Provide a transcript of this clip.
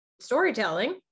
storytelling